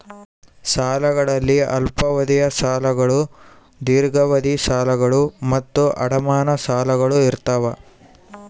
ಸಾಲಗಳಲ್ಲಿ ಅಲ್ಪಾವಧಿಯ ಸಾಲಗಳು ದೀರ್ಘಾವಧಿಯ ಸಾಲಗಳು ಮತ್ತು ಅಡಮಾನ ಸಾಲಗಳು ಇರ್ತಾವ